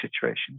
situations